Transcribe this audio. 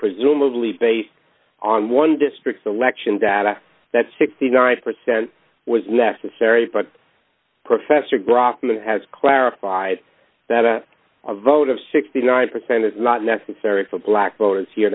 presumably based on one district election data that sixty nine percent was necessary but professor grothman has clarified that a vote of sixty nine percent is not necessary for black voters here